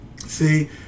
See